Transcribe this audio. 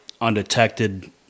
Undetected